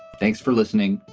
thanks for listening.